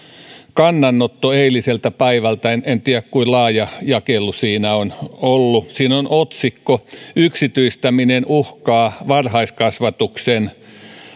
kannanotto eiliseltä päivältä en tiedä kuinka laaja jakelu siinä on ollut siinä on otsikko yksityistäminen uhkaa varhaiskasvatuksen